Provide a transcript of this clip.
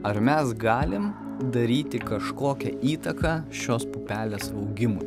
ar mes galim daryti kažkokią įtaką šios pupelės augimui